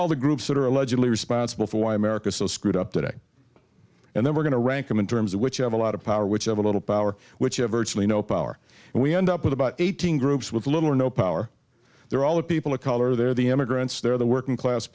all the groups that are allegedly responsible for why america is so screwed up today and then we're going to rank them in terms of which have a lot of power which have a little power which have virtually no power and we end up with about eighteen groups with little or no power they're all the people of color they're the emigrants they're the working class